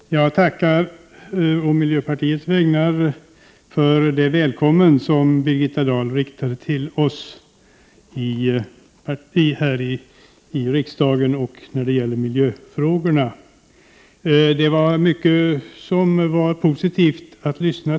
Herr talman! Jag tackar å miljöpartiets vägnar för det välkommen till riksdagen och när det gäller miljöfrågorna som Birgitta Dahl riktade till oss.